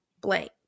blank